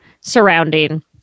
surrounding